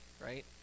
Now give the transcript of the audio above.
right